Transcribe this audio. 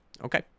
Okay